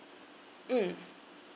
mm